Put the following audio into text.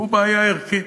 והוא בעיה ערכית.